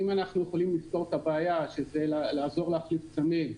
אם אנחנו יכולים לפתור את הבעיה שזה לעזור להחליף צמיג,